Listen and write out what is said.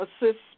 assist